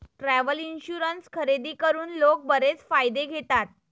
travel insurance खरेदी करून लोक बरेच फायदे घेतात